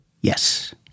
Yes